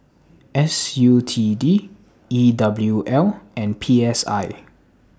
S U T D E W L and P S I